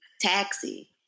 taxi